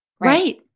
right